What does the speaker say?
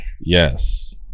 Yes